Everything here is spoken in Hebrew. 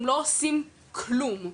ובעונות החורף והקיץ בין 7,000-14,500 מגה